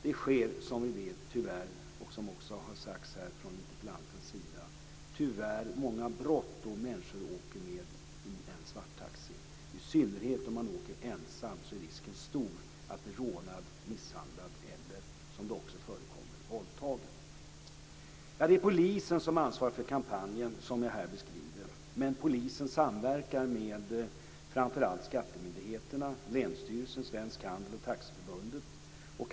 Det sker, som interpellanten också har sagt, tyvärr många brott i samband med att människor åker i en svarttaxi. I synnerhet när man åker ensam är risken stor att bli rånad, misshandlad eller, vilket också förekommer, våldtagen. Det är polisen som ansvarar för den kampanj som jag här beskriver, men polisen samverkar med framför allt skattemyndigheterna, länsstyrelsen, Svensk Handel och Taxiförbundet.